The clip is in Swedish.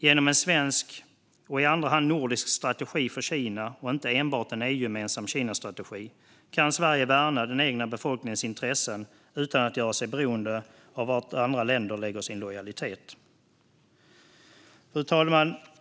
Genom en svensk och i andra hand nordisk strategi för Kina, och inte enbart en EU-gemensam Kinastrategi, kan Sverige värna den egna befolkningens intressen utan att göra sig beroende av var andra länder lägger sin lojalitet. Fru talman!